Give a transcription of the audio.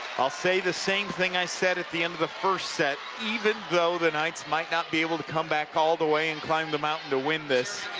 i'll say the same thing i said at the end of the first set, even though the knights might not be able to come back all theway and climb the mountain to win this,